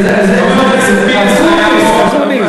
אקוניס, אקוניס.